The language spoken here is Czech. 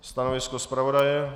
Stanovisko zpravodaje?